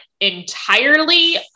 entirely